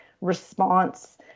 response